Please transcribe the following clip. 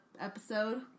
episode